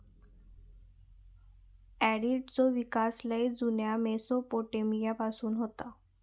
ऑडिटचो विकास लय जुन्या मेसोपोटेमिया पासून होता